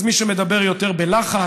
אז מי שמדבר יותר בלחש,